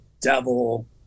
devil